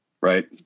right